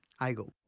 i go.